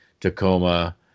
Tacoma